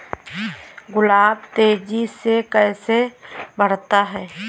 गुलाब तेजी से कैसे बढ़ता है?